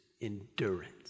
endurance